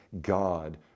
God